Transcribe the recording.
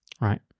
right